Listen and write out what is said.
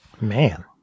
man